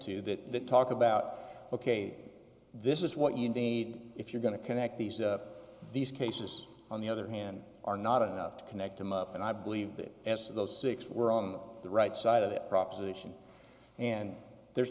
two that talk about ok this is what you need if you're going to connect these these cases on the other hand are not enough to connect them up and i believe that as those six were on the right side of that proposition and there's